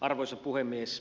arvoisa puhemies